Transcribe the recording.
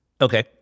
Okay